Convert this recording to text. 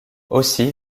aussi